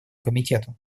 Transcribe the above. комитету